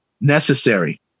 necessary